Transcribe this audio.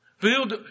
Build